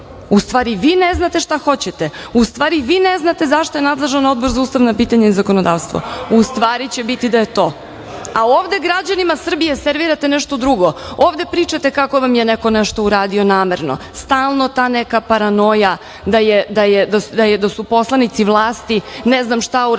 stvari, vi ne znate šta hoćete, u stvari vi ne znate za šta je nadležan Odbor za ustavna pitanja i zakonodavstvo. U stvari će biti da je to, a ovde građanima Srbije servirate nešto drugo. Ovde pričate kako vam je neko nešto uradio namerno. Stalno ta neka paranoja da su poslanici vlasti ne znam šta uradili